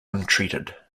untreated